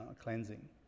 cleansing